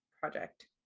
project